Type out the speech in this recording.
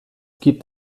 gibt